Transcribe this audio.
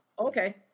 Okay